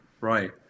right